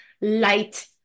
light